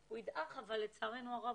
הוא ידעך אבל לצערנו הרב,